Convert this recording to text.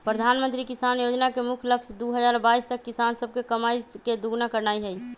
प्रधानमंत्री किसान जोजना के मुख्य लक्ष्य दू हजार बाइस तक किसान सभके कमाइ के दुगुन्ना करनाइ हइ